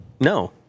no